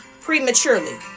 prematurely